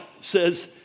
says